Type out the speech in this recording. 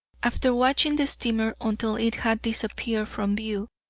after watching the steamer until it had disappeared from view,